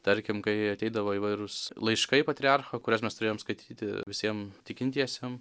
tarkim kai ateidavo įvairūs laiškai patriarcho kuriuos mes turėjom skaityti visiem tikintiesiem